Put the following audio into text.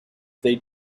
they